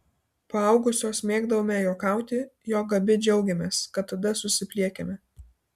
paaugusios mėgdavome juokauti jog abi džiaugiamės kad tada susipliekėme